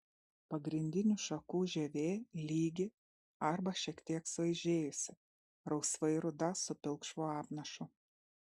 pagrindinių šakų žievė lygi arba šiek tiek suaižėjusi rausvai ruda su pilkšvu apnašu